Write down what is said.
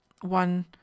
one